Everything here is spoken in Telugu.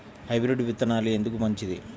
హైబ్రిడ్ విత్తనాలు ఎందుకు మంచిది?